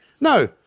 No